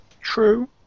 True